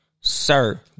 Sir